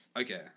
Okay